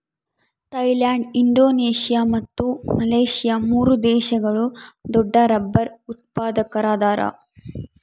Thailand Indonesia ಮತ್ತು Malaysia ಮೂರು ದೇಶಗಳು ದೊಡ್ಡರಬ್ಬರ್ ಉತ್ಪಾದಕರದಾರ